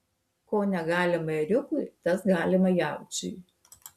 ko negalima ėriukui tas galima jaučiui